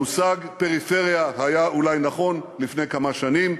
המושג פריפריה היה אולי נכון לפני כמה שנים.